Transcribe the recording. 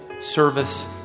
service